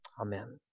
Amen